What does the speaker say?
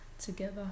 together